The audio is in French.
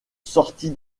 sortie